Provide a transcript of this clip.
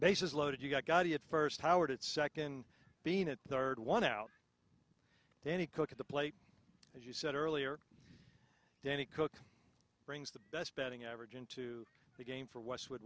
bases loaded you got it first howard at second being at third one out danny cook at the plate as you said earlier danny cook brings the best betting average into the game for westwood